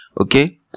Okay